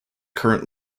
current